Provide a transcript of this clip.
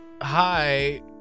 Hi